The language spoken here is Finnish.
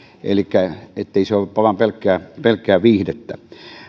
elikkä ettei se ole pelkkää viihdettä